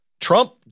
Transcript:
Trump